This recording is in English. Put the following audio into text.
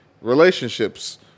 relationships